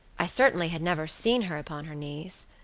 i certainly had never seen her upon her knees.